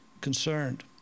concerned